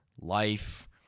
life